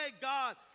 God